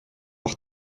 voir